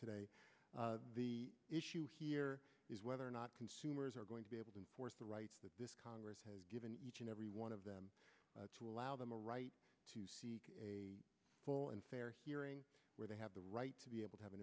today the issue here is whether or not they're going to be able to force the rights that this congress has given each and every one of them to allow them a right to seek a full and fair hearing where they have the right to be able to have an